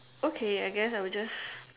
okay I guess I'll just